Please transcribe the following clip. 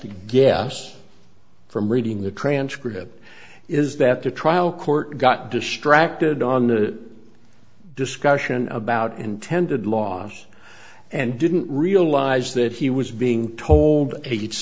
guess from reading the transcript is that the trial court got distracted on the discussion about intended loss and didn't realize that he was being told